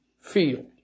field